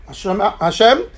Hashem